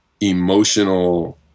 emotional